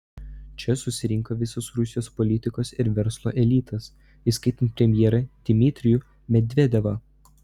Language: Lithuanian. čia susirinko visas rusijos politikos ir verslo elitas įskaitant premjerą dmitrijų medvedevą